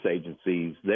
agencies